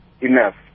enough